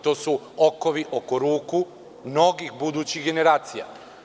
To su okovi oko ruku mnogih budućih generacija.